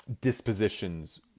dispositions